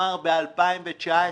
שנגמר ב-2019.